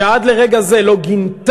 שעד לרגע זה לא גינתה,